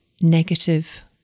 negative